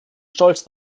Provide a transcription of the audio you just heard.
stolz